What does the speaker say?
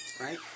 Right